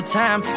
time